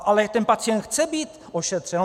Ale ten pacient chce být ošetřen.